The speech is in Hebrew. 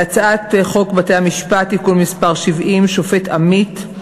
הצעת חוק בתי-המשפט (תיקון מס' 70) (שופט עמית),